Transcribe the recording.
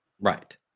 Right